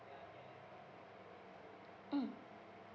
mm